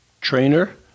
trainer